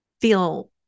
feel